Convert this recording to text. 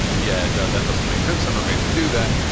yeah. no, that doesn't make sense. i'm not going to do that.